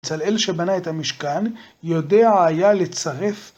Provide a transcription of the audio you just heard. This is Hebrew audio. צלאל שבנה את המשכן יודע היה לצרף